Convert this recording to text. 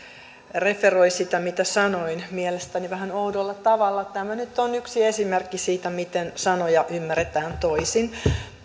referoi sitä mitä sanoin mielestäni vähän oudolla tavalla tämä nyt on yksi esimerkki siitä miten sanoja ymmärretään toisin